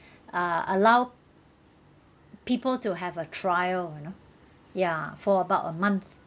uh allow people to have a trial you know ya for about a month